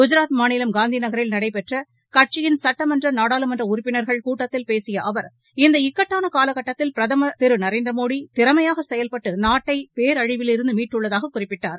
குஜராத் மாநிலம் கட்சியின் சுட்டமன்ற நாடாளுமன்ற உறுப்பினர்கள் கூட்டத்தில் பேசிய அவர் இந்த இக்கட்டாள காலகட்டத்தில் பிரதமா் திரு நரேந்திரமோடி திறமையாக செயல்பட்டு நாட்டை பேரழிவிலிருந்து மீட்டுள்ளதாகக் குறிப்பிட்டார்